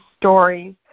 stories